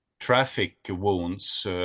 traffic-wounds